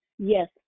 Yes